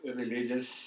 religious